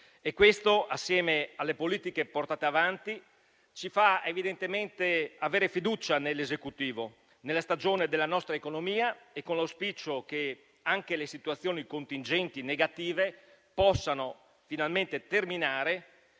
Questo, insieme alle politiche portate avanti, ci fa avere fiducia nell'Esecutivo e nella stagione della nostra economia, con l'auspicio che anche le situazioni contingenti negative possano finalmente terminare,